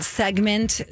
segment